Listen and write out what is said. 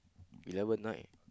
eleven right